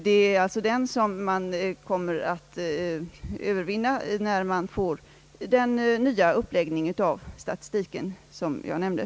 Det är alltså den svårigheten som man kommer att övervinna när man får den nya uppläggning av statistiken som jag nämnde.